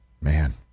Man